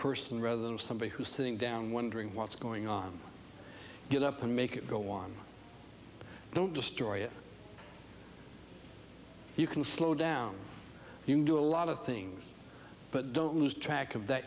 person rather than somebody who's sitting down wondering what's going on get up and make it go on don't destroy it you can slow down you can do a lot of things but don't lose track of that